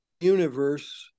universe